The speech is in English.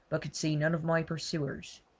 but could see none of my pursuers.